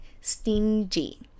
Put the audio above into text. stingy